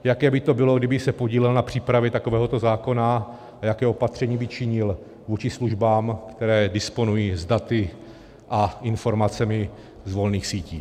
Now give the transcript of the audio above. Jaké by to bylo, kdyby se podílel na přípravě takového zákona, a jaké opatření by činil vůči službám, které disponují s daty a informacemi z volných sítí.